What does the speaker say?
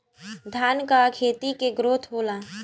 धान का खेती के ग्रोथ होला?